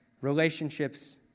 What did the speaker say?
relationships